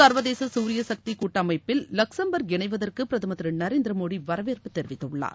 சர்வதேச தூரிய சக்தி கூட்டமைப்பில் லக்சம்பர்க் இணைவதற்கு பிரதமர் திரு நரேந்திர மோடி வரவேற்புத் தெரிவித்துள்ளார்